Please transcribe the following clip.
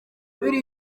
biri